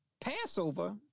Passover